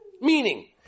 Meaning